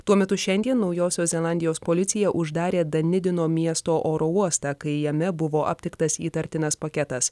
tuo metu šiandien naujosios zelandijos policija uždarė danidino miesto oro uostą kai jame buvo aptiktas įtartinas paketas